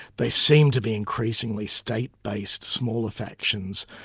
they seem to be increasingly state-based, smaller factions,